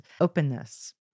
openness